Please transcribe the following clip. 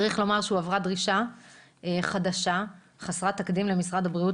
צריך לומר גם שהועברה דרישה חדשה וחסרת תקדים למשרד הבריאות,